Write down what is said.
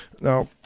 Now